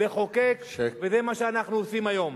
לחוקק, וזה מה שאנחנו עושים היום.